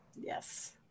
Yes